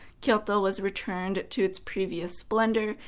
kyoto was returned to its previous splendor,